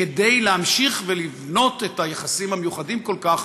כדי להמשיך ולבנות את היחסים המיוחדים כל כך,